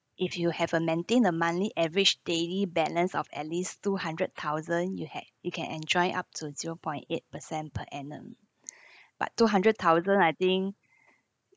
if you have a maintain the monthly average daily balance of at least two hundred thousand you ha~ you can enjoy up to zero point eight percent per annum but two hundred thousand I think